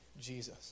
Jesus